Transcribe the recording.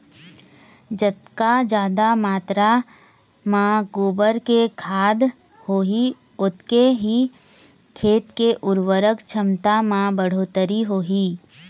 जतका जादा मातरा म गोबर के खाद होही ओतके ही खेत के उरवरक छमता म बड़होत्तरी होही